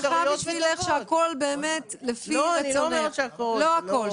בשבילך שהכול לפי רצונך.